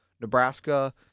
Nebraska